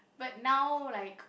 but now like